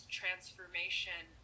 transformation